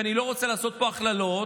ואני לא רוצה לעשות פה הכללות,